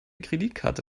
kreditkarte